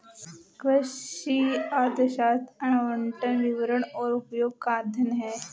कृषि अर्थशास्त्र आवंटन, वितरण और उपयोग का अध्ययन है